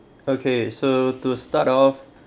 okay so to start off